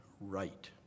right